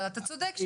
אבל אתה צודק,